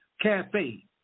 cafe